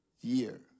year